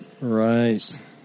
Right